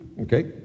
okay